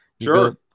Sure